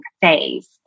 phase